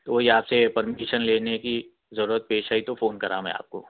تو یہ آپ سے پرمیشن لینے کی ضرورت پیش آئی تو فون کرا میں آپ کو